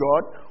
God